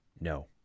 no